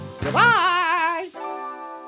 Goodbye